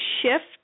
shift